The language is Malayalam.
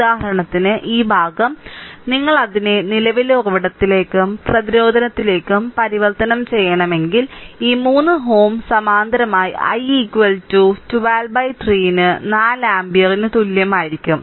ഉദാഹരണത്തിന് ഈ ഭാഗം നിങ്ങൾ അതിനെ നിലവിലെ ഉറവിടത്തിലേക്കും പ്രതിരോധത്തിലേക്കും പരിവർത്തനം ചെയ്യണമെങ്കിൽ ഈ 3Ω സമാന്തരമായി i 123 ന് 4 ആമ്പിയറിന് തുല്യമായിരിക്കും